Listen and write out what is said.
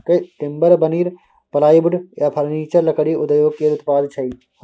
timber, veneer, plywood आ furniture लकड़ी उद्योग केर उत्पाद छियै